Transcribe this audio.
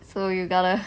so you gotta